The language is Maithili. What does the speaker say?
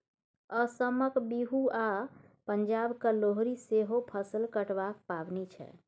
असमक बिहू आ पंजाबक लोहरी सेहो फसल कटबाक पाबनि छै